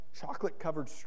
chocolate-covered